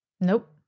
Nope